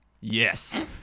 Yes